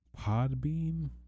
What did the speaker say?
Podbean